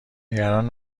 نگران